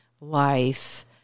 life